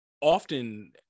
often